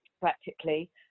practically